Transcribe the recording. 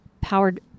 powered